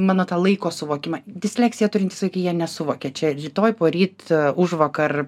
mano tą laiko suvokimą disleksiją turintys vaikai jie nesuvokia čia rytoj poryt užvakar